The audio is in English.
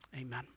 Amen